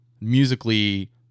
musically